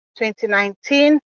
2019